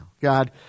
God